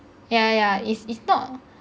yeah yeah it's it's not